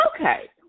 Okay